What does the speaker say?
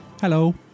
Hello